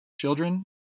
Children